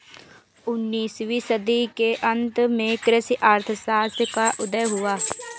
उन्नीस वीं सदी के अंत में कृषि अर्थशास्त्र का उदय हुआ